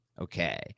Okay